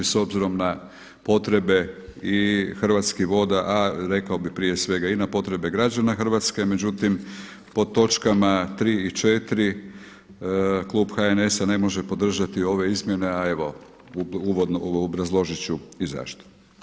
S obzirom na potrebe i Hrvatskih voda, a rekao bih prije svega i na potrebe građana Hrvatske, međutim pod točkama 3 i 4 klub HNS-a ne može podržati ove izmjene, a evo obrazložit ću i zašto.